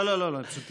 לא, לא, בסדר.